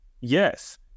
yes